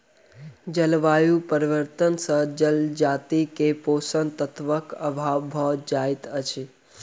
जलवायु परिवर्तन से जजाति के पोषक तत्वक अभाव भ जाइत अछि